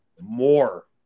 more